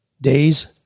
days